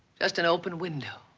just an open window.